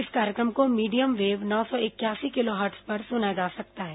इस कार्यक्रम को मीडियम वेव नौ सौ इकयासी किलोहर्ट्ज पर सुना जा सकता है